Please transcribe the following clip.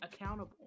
accountable